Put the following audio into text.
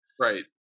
right